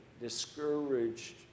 discouraged